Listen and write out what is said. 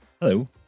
Hello